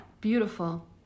Beautiful